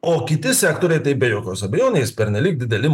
o kiti sektoriai tai be jokios abejonės pernelyg dideli